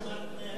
אתה יודע,